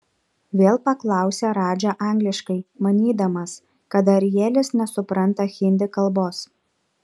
vėl paklausė radža angliškai manydamas kad arielis nesupranta hindi kalbos